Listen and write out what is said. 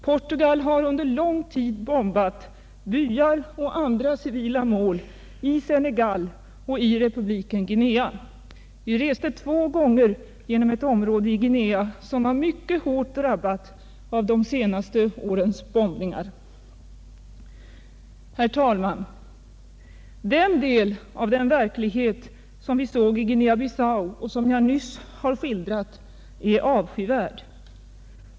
Portugal har under lång tid bombat byar och andra civila mål i Senegal och republiken Guinea. Vi reste två gånger genom ett omräde i Guinea, som var mycket hårt drabbat av det senaste ärets bombningar. Herr talman! Den del av den verklighet vi såg i Guinea Bissau, som jag nyss skildrat, är avskyvärd.